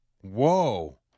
Whoa